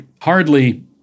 hardly